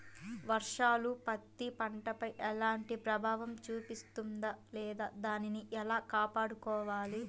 వర్షాలు పత్తి పంటపై ఎలాంటి ప్రభావం చూపిస్తుంద లేదా దానిని ఎలా కాపాడుకోవాలి?